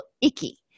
icky